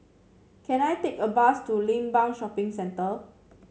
can I take a bus to Limbang Shopping Centre